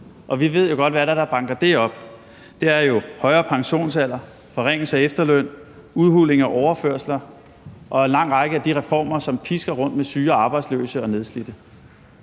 Og vi ved jo godt, hvad det er, der banker det op. Det er højere pensionsalder, forringelse af efterløn, udhuling af overførselsindkomster og en lang række af de reformer, som betyder, at syge og arbejdsløse og nedslidte